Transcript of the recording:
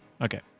Okay